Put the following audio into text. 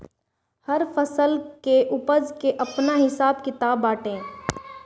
हर फसल के उपज के आपन हिसाब किताब बाटे